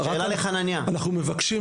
רק אנחנו מבקשים,